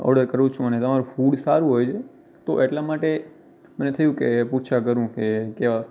order કરું છું અને તમારું ફૂડ સારું હોય છે તો એટલા માટે મને થયું કે પૂછ્યા કરું કે અ